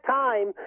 time